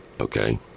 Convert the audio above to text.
okay